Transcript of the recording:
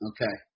Okay